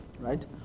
right